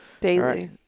Daily